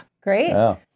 great